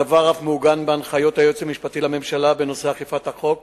הדבר אף מעוגן בהנחיות היועץ המשפטי לממשלה בנושא אכיפת החוק